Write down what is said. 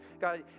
God